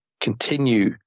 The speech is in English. continue